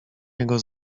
jego